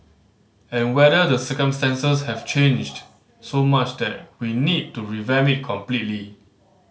and whether the circumstances have changed so much that we need to revamp it completely